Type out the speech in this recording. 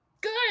good